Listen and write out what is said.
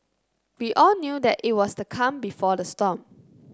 we all knew that it was the calm before the storm